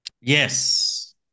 Yes